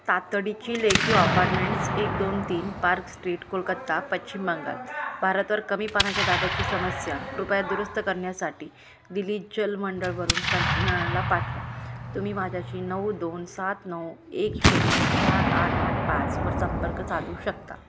तातडीची lakeview apartments एक दोन तीन पार्क स्ट्रीट कोलकत्ता पश्चिम बंगाल भारतवर कमी पाण्याच्या दाबाची समस्या कृपया दुरुस्त करण्यासाठी दिल्ली जल मंडळवरून तंत्रज्ञाला पाठवा तुम्ही माझ्याशी नऊ दोन सात नऊ एक शून्य चार आठ आठ पाच वर संपर्क चालू शकता